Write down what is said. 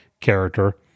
character